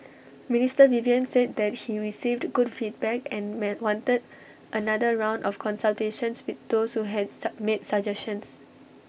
Minister Vivian said that he received good feedback and made wanted another round of consultations with those who had made suggestions